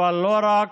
אבל לא רק,